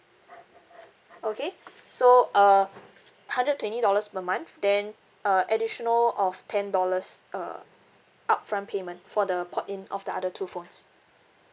okay so uh hundred twenty dollars per month then uh additional of ten dollars uh upfront payment for the port in of the other two phones